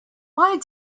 why